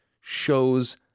shows